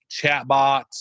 chatbots